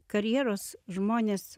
karjeros žmonės